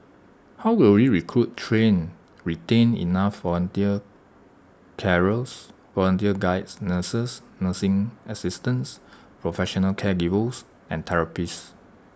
how will we recruit train retain enough volunteer carers volunteer Guides nurses nursing assistants professional caregivers and therapists